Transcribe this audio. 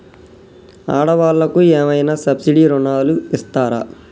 ఆడ వాళ్ళకు ఏమైనా సబ్సిడీ రుణాలు ఇస్తారా?